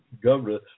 governor